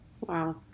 Wow